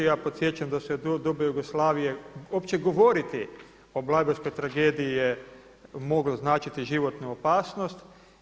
A ja podsjećam da se u doba Jugoslavije, uopće govoriti o blajburškoj tragediji je moglo značiti životnu opasnost.